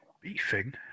Beefing